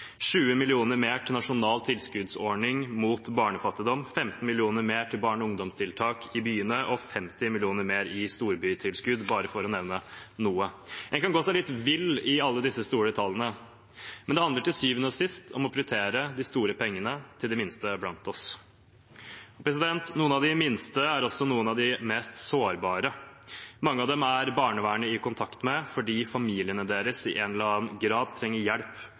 20 mill. kr mer til nasjonal tilskuddsordning mot barnefattigdom, 15 mill. kr mer til barne- og ungdomstiltak i byene og 50 mill. kr mer i storbytilskudd, bare for å nevne noe. En kan gå seg litt vill i alle disse store tallene, men det handler til syvende og sist om å prioritere de store pengene til de minste blant oss. Noen av de minste er også noen av de mest sårbare. Mange av dem er barnevernet i kontakt med fordi familiene deres i en eller annen grad trenger hjelp